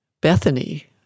Bethany